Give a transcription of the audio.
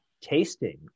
Tasting